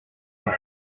work